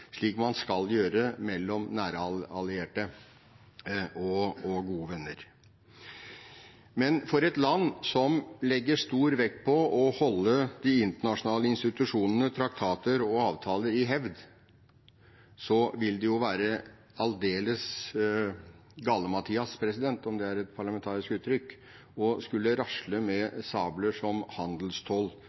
nære allierte og gode venner skal gjøre. Men for et land som legger stor vekt på å holde de internasjonale institusjonene, traktater og avtaler i hevd, vil det være aldeles galimatias – om det er et parlamentarisk uttrykk – å skulle rasle med sablene med tanke på klimatoll og straffetoll på amerikanske varer som